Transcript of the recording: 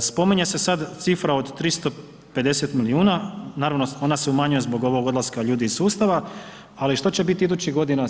Spominje se sad cifra od 350 milijuna, naravno ona se umanjuje zbog ovog odlaska ljudi iz sustava, ali što će biti idućih godina